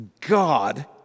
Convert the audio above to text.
God